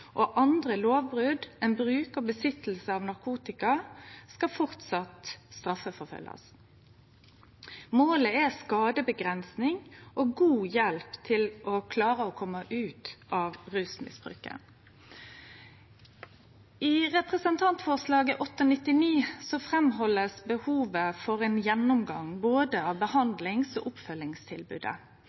og andre lovbrot enn bruk og innehav av narkotika skal framleis bli straffeforfølgt. Målet er skadeavgrensing og god hjelp til å klare å komme seg ut av rusmisbruket. I representantforslaget i Dokument 8:99 held ein fram behovet for ein gjennomgang av behandlings- og oppfølgingstilbodet